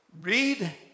Read